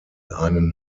einen